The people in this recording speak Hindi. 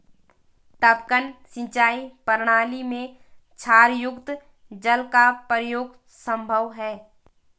टपकन सिंचाई प्रणाली में क्षारयुक्त जल का प्रयोग संभव है